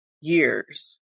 years